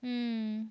mm